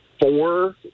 four